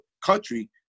Country